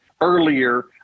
earlier